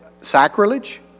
sacrilege